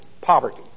poverty